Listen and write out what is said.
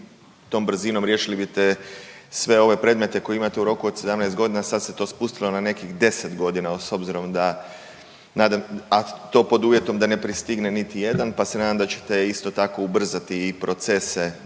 tom brzinom riješili bite sve ove predmete koje imate u roku od 17 godine, sad se to spustilo na nekih 10 godina s obzirom da, a to pod uvjetom da ne pristigne niti jedan pa se nadam da ćete isto tako ubrzati i procese